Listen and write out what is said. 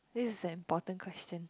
this is an important question